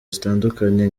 zitandukanye